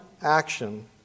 action